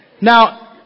Now